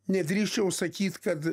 nedrįsčiau sakyt kad